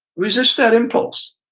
resist that impulse.